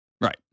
Right